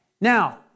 Now